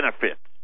benefits